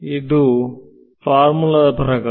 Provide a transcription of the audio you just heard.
ಇದು ಇದು ಫಾರ್ಮುಲಾ ದ ಪ್ರಕಾರ